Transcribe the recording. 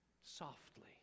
Softly